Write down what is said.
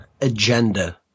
agenda